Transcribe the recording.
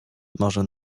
może